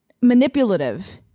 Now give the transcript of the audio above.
manipulative